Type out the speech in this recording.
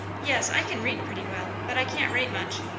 yes i can read pretty well, but i can't write much.